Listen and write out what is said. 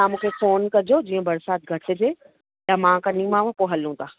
तव्हां मूंखे फ़ोन कॼो जीअं बरसाति घटि हुजे या मां कंदीमांव पोइ हलूं था